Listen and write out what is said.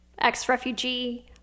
ex-refugee